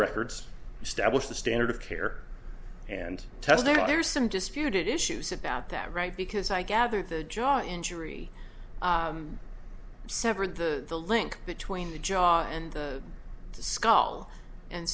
records establish the standard of care and test there are some disputed issues about that right because i gather the jaw injury severed the the link between the job and the skull and